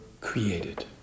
created